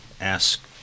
ask